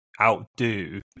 outdo